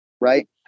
Right